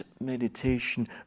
meditation